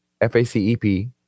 FACEP